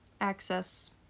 access